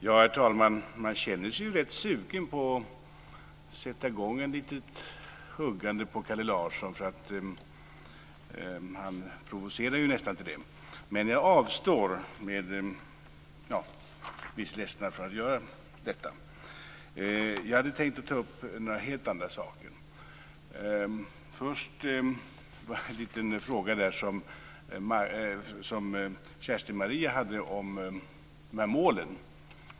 Herr talman! Man känner sig rätt sugen på att sätta i gång ett litet huggande med Kalle Larsson, för han provocerar nästan till det, men jag avstår från att göra det. Jag hade tänkt att ta upp några helt andra saker. Först en liten fråga som Kerstin-Maria Stalin hade om målen.